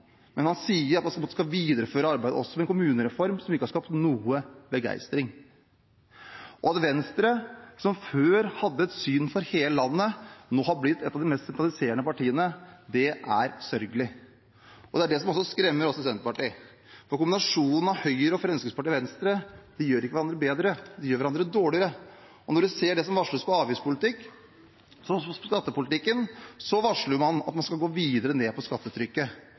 men man sier at man skal videreføre arbeidet også med en kommunereform som ikke har skapt noe begeistring. At Venstre, som før hadde et syn for hele landet, nå har blitt et av de mest sentraliserende partiene, er sørgelig. Det er det som også skremmer oss i Senterpartiet, for Høyre, Fremskrittspartiet og Venstre gjør ikke hverandre bedre, de gjør hverandre dårligere. Når det gjelder skattepolitikken, varsler man at man skal gå videre ned på skattetrykket,